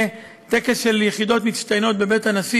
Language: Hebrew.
תודה רבה, אדוני היושב-ראש.